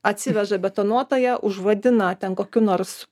atsiveža betonuotoją už vadina ten kokiu nors